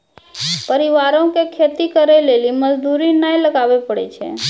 परिवारो के खेती करे लेली मजदूरी नै लगाबै पड़ै छै